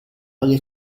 alle